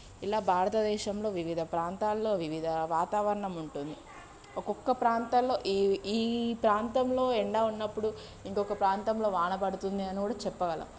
ఇలా భారతదేశంలో వివిధ ప్రాంతాల్లో వివిధ వాతావరణం ఉంటుంది ఒక్కొక్క ప్రాంతాల్లో ఈ ఈ ప్రాంతంలో ఎండ ఉన్నప్పుడు ఇంకొక ప్రాంతంలో వాన పడుతుంది అని కూడా చెప్పగలం